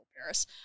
Paris